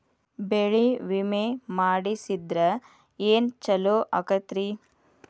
ಬೆಳಿ ವಿಮೆ ಮಾಡಿಸಿದ್ರ ಏನ್ ಛಲೋ ಆಕತ್ರಿ?